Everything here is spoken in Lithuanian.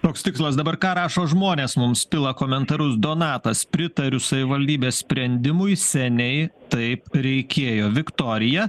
toks tikslas dabar ką rašo žmonės mums pila komentarus donatas pritariu savivaldybės sprendimui seniai taip reikėjo viktorija